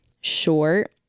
short